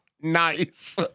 Nice